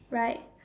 like